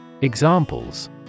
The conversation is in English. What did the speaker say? Examples